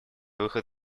выход